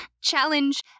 challenge